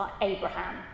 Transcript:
Abraham